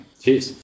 Cheers